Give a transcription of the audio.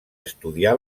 estudià